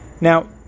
Now